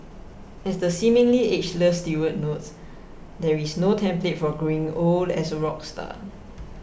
as the seemingly ageless Stewart notes there is no template for growing old as a rock star